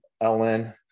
ellen